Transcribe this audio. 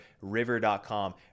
River.com